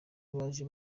baje